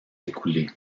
écoulés